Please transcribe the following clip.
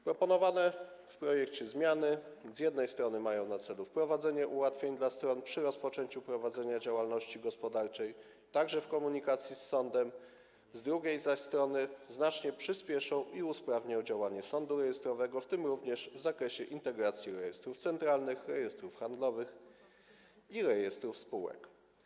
Proponowane w projekcie zmiany, z jednej strony, mają na celu wprowadzenie ułatwień dla stron przy rozpoczęciu prowadzenia działalności gospodarczej, także w komunikacji z sądem, z drugiej zaś strony, znacznie przyspieszą i usprawnią działanie sądu rejestrowego, w tym również w zakresie integracji rejestrów centralnych, rejestrów handlowych i rejestrów spółek.